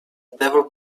devil